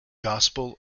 gospel